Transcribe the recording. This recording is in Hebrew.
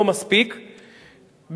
לא מספיק,